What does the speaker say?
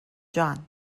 جان